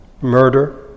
murder